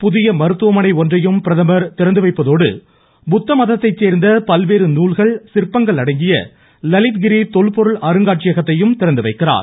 புதிய மருத்துவமனை ஒன்றையும் பிரதமர் திறந்து வைப்பதோடு புத்த மதத்தை சேர்ந்த பல்வேறு நூல்கள் சிற்பங்கள் அடங்கிய லலித் கிரி தொல்பொருள் அருங்காட்சியகத்தையும் திறந்துவைக்கிறார்